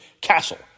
castle